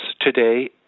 today